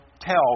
tell